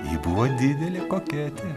ji buvo didelė koketė